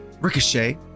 Ricochet